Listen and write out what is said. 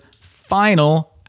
final